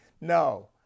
No